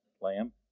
lamb